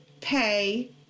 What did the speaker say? pay